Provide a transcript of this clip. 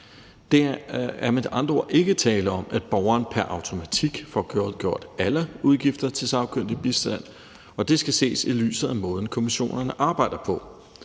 Der er med andre ord ikke tale om, at borgeren pr. automatik får godtgjort alle udgifter til sagkyndig bistand, og det skal ses i lyset af måden, kommissionerne arbejder på.